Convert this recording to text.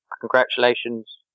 congratulations